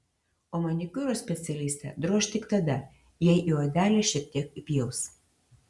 o manikiūro specialistę droš tik tada jei į odelę šiek tiek įpjaus